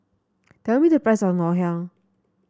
tell me the price of Ngoh Hiang